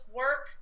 work